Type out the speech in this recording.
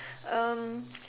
um